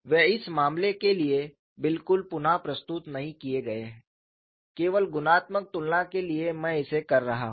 वे इस मामले के लिए बिल्कुल पुन प्रस्तुत नहीं किए गए हैं केवल गुणात्मक तुलना के लिए मैं इसे कर रहा हूं